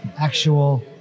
actual